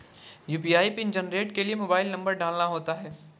UPI PIN generate के लिए mobile number डालना होता है